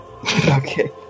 Okay